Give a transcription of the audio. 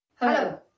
hello